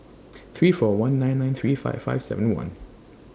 three four one nine nine three five five seven one